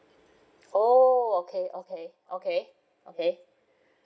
oh okay okay okay okay